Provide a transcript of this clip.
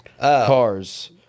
cars